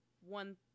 one